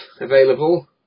available